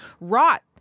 rot